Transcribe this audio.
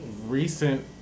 Recent